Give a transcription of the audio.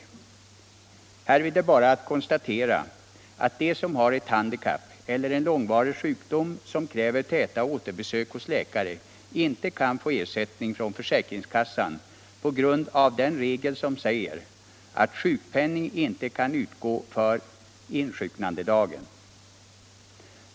Härvid är bara att konstatera att de som har ett handikapp eller en långvarig sjukdom som kräver täta återbesök hos läkare går miste om ersättning från försäkringskassan på grund av den regel som säger att sjukpenning inte kan utgå för insjuknandedagen.